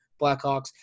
Blackhawks